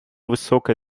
высокое